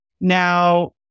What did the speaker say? Now